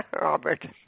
Robert